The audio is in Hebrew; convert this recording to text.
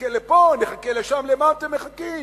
נחכה לפה, נחכה לשם, למה אתם מחכים?